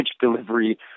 delivery